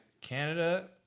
Canada